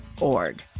org